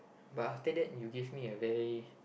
but after that you gave me a very